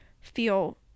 feel